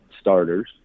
starters